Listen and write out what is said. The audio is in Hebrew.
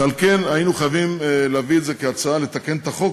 ועל כן היינו חייבים להביא את זה כהצעה לתקן את החוק,